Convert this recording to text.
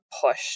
push